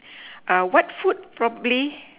err what food probably